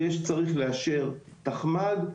צריך לאשר תחמ"ג,